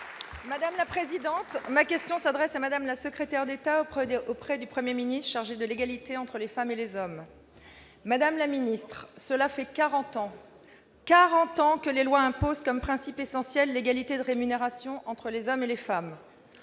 Républicains. Ma question s'adresse à Mme la secrétaire d'État auprès du Premier ministre, chargée de l'égalité entre les femmes et les hommes. Madame la secrétaire d'État, cela fait plus de quarante ans que des lois imposent comme principe essentiel l'égalité de rémunération entre les hommes et les femmes.